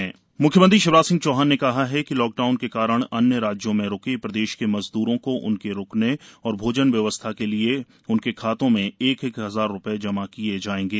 शिवराज मदद म्ख्यमंत्री शिवराज सिंह चौहान ने कहा है कि लॉकडाउन के कारण अन्य राज्यों में रुके प्रदेश के मजद्रों को उनके रूकने एवं भोजन व्यवस्था के लिए उनके खातों में एक एक हजार रूपये जमा कराये जायेंगे